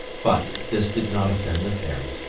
but this did not offend the fairy.